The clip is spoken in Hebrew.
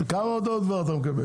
כמה הודעות אתה כבר מקבל?